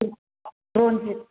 रनजिद